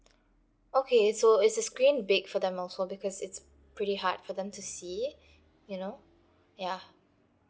okay so is the screen big for them also because it's pretty hard for them to see you know ya